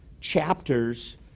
chapters